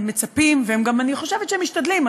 ואני גם חושבת שהם משתדלים,